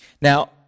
Now